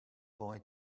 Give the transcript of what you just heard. boy